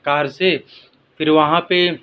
کار سے پھر وہاں پہ